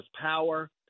power